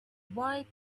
wide